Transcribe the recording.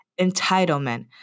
Entitlement